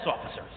officers